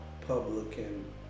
Republican